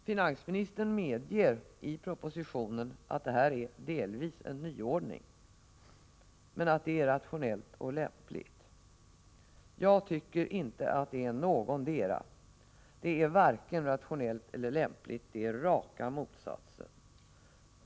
Finansministern medger i propositionen att detta delvis är en nyordning, men han anser att det är rationellt och lämpligt. Jag tycker inte att det är någotdera — det är varken rationellt eller lämpligt. Det är raka motsatsen!